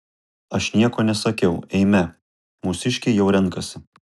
aš nieko nesakiau eime mūsiškiai jau renkasi